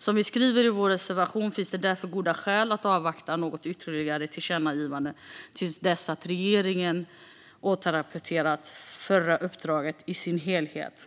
Som vi skriver i vår reservation finns det därför goda skäl att avvakta med ett ytterligare tillkännagivande till dess att regeringen har återrapporterat det förra uppdraget i dess helhet.